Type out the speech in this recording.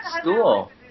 School